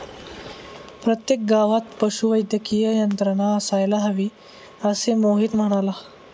प्रत्येक गावात पशुवैद्यकीय यंत्रणा असायला हवी, असे मोहित म्हणाला